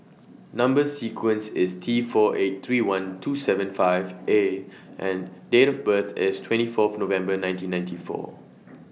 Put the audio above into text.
Number sequence IS T four eight three one two seven five A and Date of birth IS twenty four November nineteen ninety four